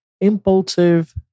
impulsive